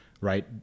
right